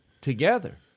together